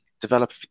develop